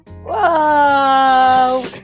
Whoa